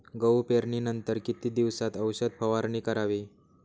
गहू पेरणीनंतर किती दिवसात औषध फवारणी करावी?